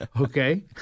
Okay